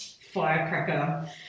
firecracker